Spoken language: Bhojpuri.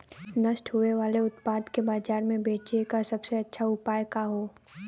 नष्ट होवे वाले उतपाद के बाजार में बेचे क सबसे अच्छा उपाय का हो?